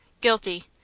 Guilty